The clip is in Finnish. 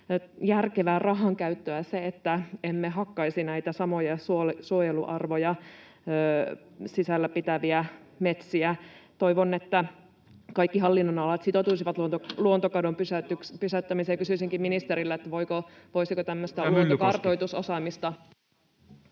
järkevää rahankäyttöä se, että emme hakkaisi näitä samoja suojeluarvoja sisällään pitäviä metsiä. Toivon, että kaikki hallinnonalat sitoutuisivat luontokadon pysäyttämiseen, ja kysyisinkin ministeriltä, voisiko tämmöistä kartoitusosaamista…